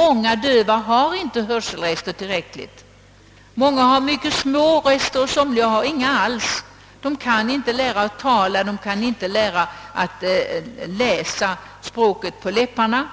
Många döva har nämligen inte tillräckliga hörselrester; många har mycket små rester och somliga har inga alls. De kan inte lära sig tala och inte heller läsa språket på läpparna.